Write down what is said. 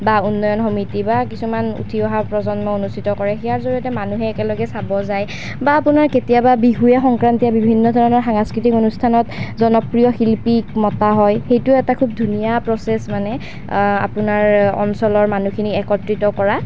বা উন্নয়ন সমিতি বা কিছুমান উঠি অহা প্ৰজন্মই অনুষ্ঠিত কৰে ইয়াৰ জৰিয়তে মানুহে একেলগে চাব যায় বা আপোনাৰ কেতিয়াবা বিহুৱে সংক্ৰান্তিয়ে বিভিন্ন ধৰণৰ সাংস্কৃতিক অনুষ্ঠানত জনপ্ৰিয় শিল্পীক মতা হয় সেইটো এটা খুব ধুনীয়া প্ৰচেছ মানে আপোনাৰ অঞ্চলৰ মানুহখিনি একত্ৰিত কৰা